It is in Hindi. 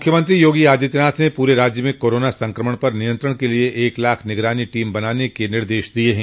मुख्यमंत्री योगी आदित्यनाथ ने पूरे राज्य में कोरोना संक्रमण पर नियंत्रण के लिए एक लाख निगरानी टीम बनाने का निर्देश दिये है